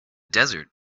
desert